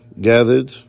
Gathered